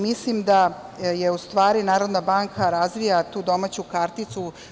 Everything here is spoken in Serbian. Mislim da Narodna banka razvija tu domaću karticu.